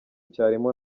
cyarimo